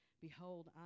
Behold